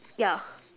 ya